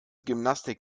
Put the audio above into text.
gymnastik